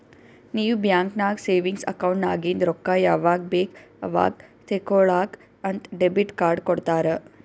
ನೀವ್ ಬ್ಯಾಂಕ್ ನಾಗ್ savings account ನಾಗಿಂದ್ ರೊಕ್ಕಾ ಯಾವಾಗ್ ಬೇಕ್ ಅವಾಗ್ ತೇಕೊಳಾಕ್ ಅಂತ್ ಡೆಬಿಟ್ ಕಾರ್ಡ್ ಕೊಡ್ತಾರ